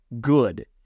good